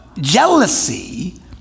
jealousy